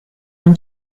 non